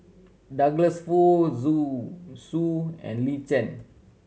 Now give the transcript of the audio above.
Douglas Foo Zu Su and Lin Chen